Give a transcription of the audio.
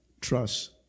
trust